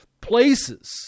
places